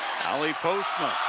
alley postma,